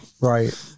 right